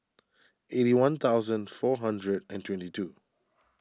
eighty one thousand four hundred and twenty two